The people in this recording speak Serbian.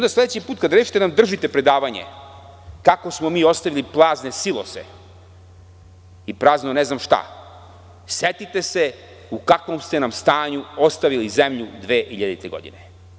Kada sledeći put rešite da nam držite predavanje, kako smo ostavili prazne silose i prazno ne znam šta, setite se u kakvom ste nam stanju ostavili zemlju 2000. godine.